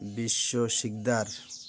ବିଶ୍ୱ ଶିିକଦାର